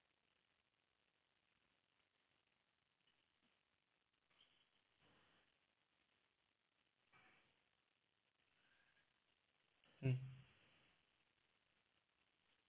mm